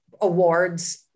awards